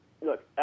look